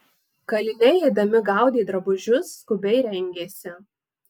kaliniai eidami gaudė drabužius skubiai rengėsi